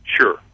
sure